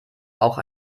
auch